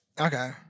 Okay